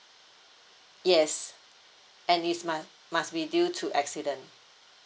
yes and it's must must be due to accident